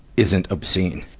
isn't obscene.